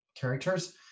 characters